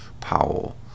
Powell